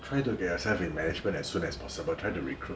try to get yourself in management as soon as possible try to recruit